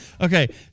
Okay